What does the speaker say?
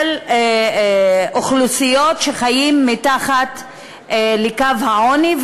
של אוכלוסיות שחיות מתחת לקו העוני.